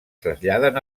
traslladen